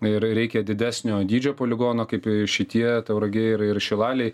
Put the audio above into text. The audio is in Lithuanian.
ir reikia didesnio dydžio poligono kaip šitie tauragėj ir ir šilalėj